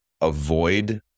avoid